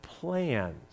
plans